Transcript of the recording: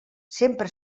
sempre